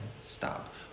stop